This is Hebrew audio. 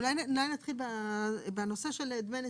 אולי נתחיל בנושא של דמי נסיעות.